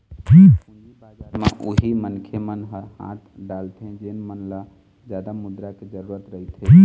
पूंजी बजार म उही मनखे मन ह हाथ डालथे जेन मन ल जादा मुद्रा के जरुरत रहिथे